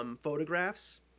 photographs